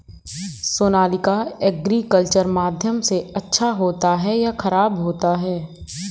Sonalika agriculture माध्यम से अच्छा होता है या ख़राब होता है?